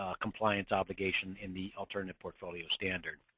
ah compliance obligation in the alternative portfolio standard.